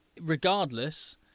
regardless